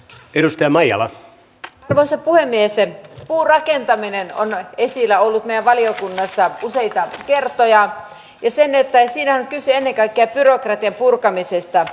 edustaja maijala naisen puheneeseen puurakentaminen on esillä ollut ja valiokuntansa useita kertoja ja sen että siinä on kyse ennen kaikkea byrokratian purkamisistä